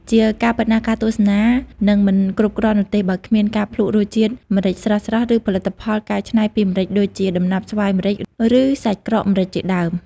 ជាការពិតណាស់ ការទស្សនានឹងមិនគ្រប់គ្រាន់នោះទេ បើគ្មានការភ្លក្សរសជាតិម្រេចស្រស់ៗ ឬផលិតផលកែច្នៃពីម្រេចដូចជា ដំណាប់ស្វាយម្រេច ឬសាច់ក្រកម្រេចជាដើម។